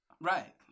Right